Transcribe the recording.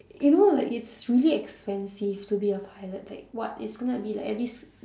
you know like it's really expensive to be a pilot like what it's going to be like at least